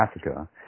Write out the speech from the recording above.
Africa